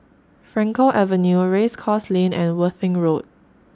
Frankel Avenue Race Course Lane and Worthing Road